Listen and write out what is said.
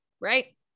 right